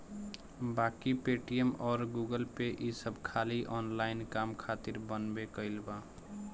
बाकी पेटीएम अउर गूगलपे ई सब खाली ऑनलाइन काम खातिर बनबे कईल बा